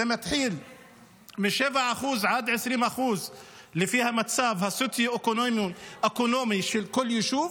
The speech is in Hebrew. זה מתחיל מ-7% עד 20% לפי המצב הסוציו-אקונומי של כל יישוב,